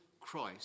Christ